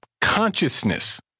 consciousness